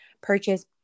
purchase